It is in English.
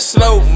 Slow